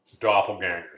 Doppelgangers